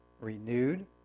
renewed